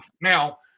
now